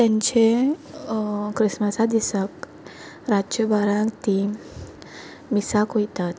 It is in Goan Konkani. आनी तांचे क्रिसमसा दिसा रातची बारांक ती मिसाक वयतात